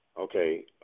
Okay